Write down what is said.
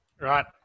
Right